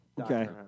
Okay